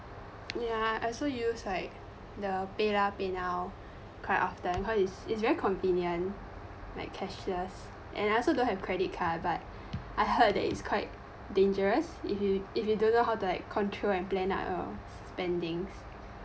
ya I also use like the paylah paynow quite often cause is it's very convenient like cashless and I also don't have credit card but I heard that is quite dangerous if you if you don't know how to like control and plan out your spendings